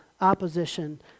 opposition